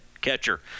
catcher